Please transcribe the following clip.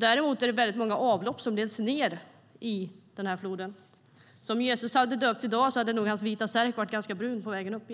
Däremot är det många avlopp som leds ned i den, så om Jesus hade döpts i dag hade hans vita särk nog varit ganska brun på vägen upp.